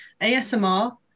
ASMR